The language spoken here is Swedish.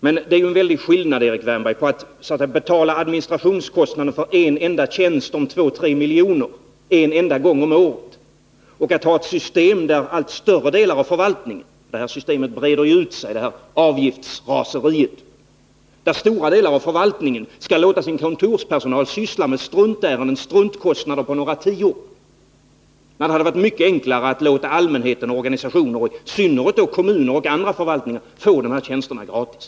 Men det är ju en väldigt stor skillnad, Erik Wärnberg, mellan att betala administrationskostnaden för en tjänst på 2-3 milj.kr. en enda gång om året och att ha ett system där allt större delar av förvaltningen — för det här systemet, avgiftsraseriet, breder ju ut sig — skall låta sin kontorspersonal syssla med struntärenden och struntkostnader på några tior. Det hade varit mycket enklare att låta allmänheten, organisationer och i synnerhet kommuner och andra förvaltningar få de här tjänsterna gratis.